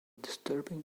disturbing